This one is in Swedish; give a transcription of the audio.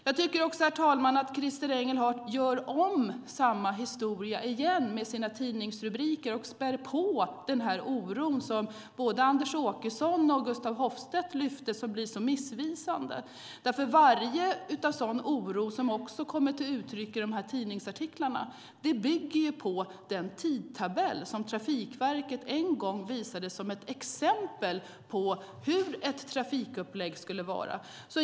Jag tycker, herr talman, att Christer Engelhardt tar om samma historia med sina tidningsrubriker och spär på den oro som både Anders Åkesson och Gustaf Hoffstedt uttryckte. Det blir så missvisande. Den oro som kommer till uttryck i tidningsartiklarna bygger på den tidtabell som Trafikverket en gång visade som ett exempel på hur ett trafikupplägg skulle kunna vara.